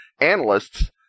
analysts